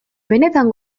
benetan